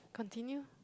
continue